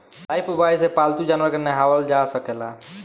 Lifebuoy से पाल्तू जानवर के नेहावल जा सकेला